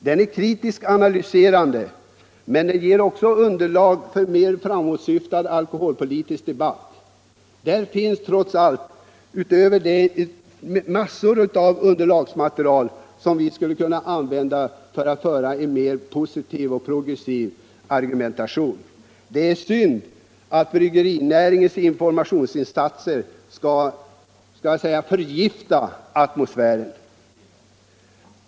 Den är kritiskt analyserande och ger även underlag för en mer framåtsyftande alkoholpolitisk debatt. Där finns en mängd underlagsmaterial som vi skulle kunna använda för en mer positiv och progressiv argumentation. Det är synd att bryggerinäringens informationsinsatser skall förgifta atmosfären.